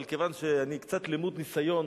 אבל כיוון שאני קצת למוד ניסיון,